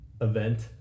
event